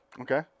Okay